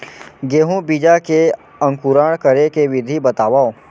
गेहूँ बीजा के अंकुरण करे के विधि बतावव?